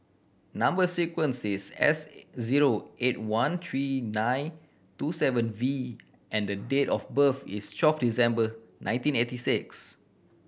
number sequence is S zero eight one three nine two seven V and date of birth is twelve December nineteen eighty six